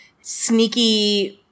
sneaky –